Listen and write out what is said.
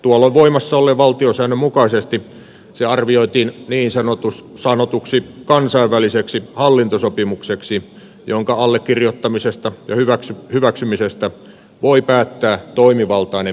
tuolloin voimassa olleen valtiosäännön mukaisesti se arvioitiin niin sanotuksi kansainväliseksi hallintosopimukseksi jonka allekirjoittamisesta ja hyväksymisestä voi päättää toimivaltainen ministeriö